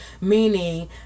Meaning